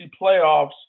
playoffs